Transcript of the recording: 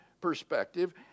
perspective